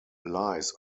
lies